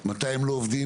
מתי הם לא עובדים?